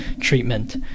treatment